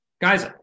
Guys